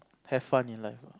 have fun in life lah